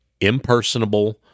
impersonable